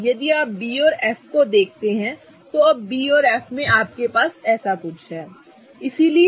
यदि आप B और F को देखते हैं तो अब B और F में आपके पास ऐसा कुछ है ठीक है